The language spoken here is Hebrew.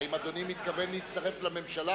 אדוני היושב-ראש,